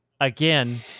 again